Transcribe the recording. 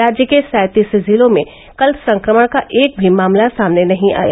राज्य के सैंतीस जिलों में कल संक्रमण का एक भी मामला सामने नही आया